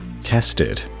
tested